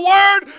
Word